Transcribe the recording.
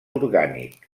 orgànic